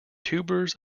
tubers